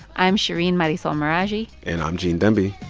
i'm shereen marisol meraji and i'm gene demby.